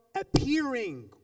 appearing